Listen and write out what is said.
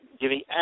giving